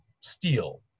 steal